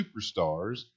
superstars